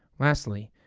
lastly,